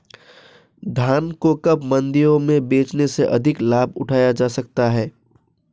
धान को कब मंडियों में बेचने से अधिक लाभ उठाया जा सकता है?